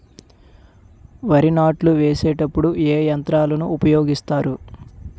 వరి నాట్లు వేసేటప్పుడు ఏ యంత్రాలను ఉపయోగిస్తారు?